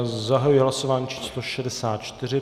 Zahajuji hlasování číslo 64.